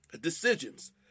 decisions